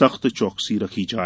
सख्त चौकसी रखी जाये